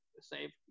save